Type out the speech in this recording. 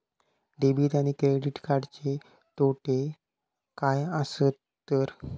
Debit आणि credit कार्डचे तोटे काय आसत तर?